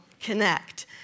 connect